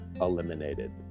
eliminated